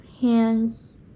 hands